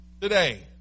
today